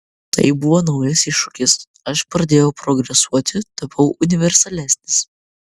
tai buvo naujas iššūkis aš pradėjau progresuoti tapau universalesnis